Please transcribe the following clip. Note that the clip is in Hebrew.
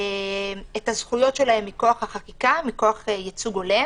את הזכויות שלהם מכוח החקיקה, מכוח ייצוג הולם.